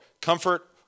comfort